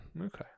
Okay